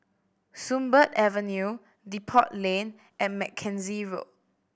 Sunbird Avenue Depot Lane and Mackenzie Road